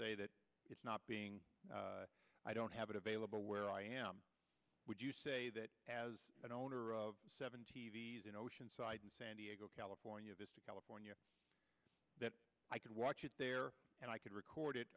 say that it's not being i don't have it available where i am would you say that as an owner of seven t v s in oceanside and san diego california vista california that i could watch it there and i could record